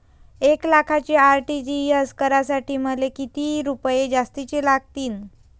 एक लाखाचे आर.टी.जी.एस करासाठी मले कितीक रुपये जास्तीचे लागतीनं?